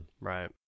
Right